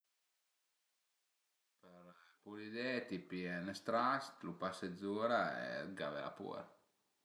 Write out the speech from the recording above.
Për pulidé t'i pìe 'n stras, pase zura e gave la puer